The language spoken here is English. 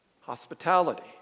Hospitality